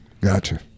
Gotcha